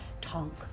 Tonk